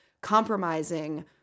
compromising